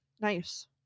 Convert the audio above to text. Nice